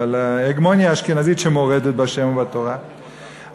אבל ההגמוניה האשכנזית שמורדת בה' ובתורה,